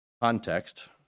context